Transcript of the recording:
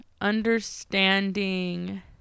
understanding